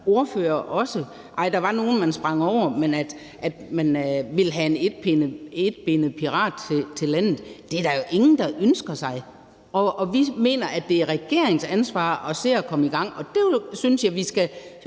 ordførere – nej, der var nogle, man sprang over. Men at få en etbenet pirat til landet er der jo ingen der ønsker sig. Og vi mener, at det er regeringens ansvar at se at komme i gang, og jeg synes, at vi sammen